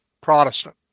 protestant